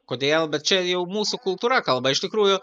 kodėl bet čia jau mūsų kultūra kalba iš tikrųjų